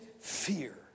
fear